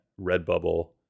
Redbubble